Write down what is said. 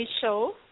show